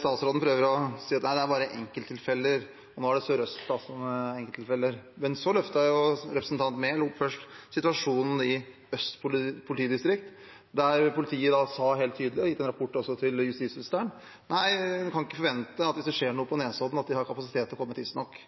Statsråden prøver å si at dette bare er enkelttilfeller, og nå er det Sør-Øst som er enkelttilfellet. Men representanten Enger Mehl løftet jo først opp situasjonen i Øst politidistrikt, der politiet sa helt tydelig – og også har gitt en rapport til justisministeren – at man ikke kan forvente at de har kapasitet til å komme tidsnok